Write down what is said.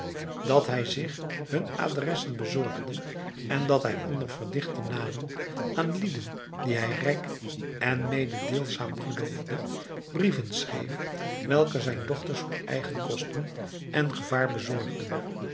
dat hij zich hun adressen bezorgde en dat hij onder verdichte namen aan lieden die hij rijk en mededeelzaam geloofde brieven schreef welke zijn dochters voor eigen kosten en gevaar bezorgden